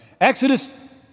Exodus